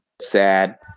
sad